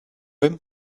him